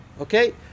okay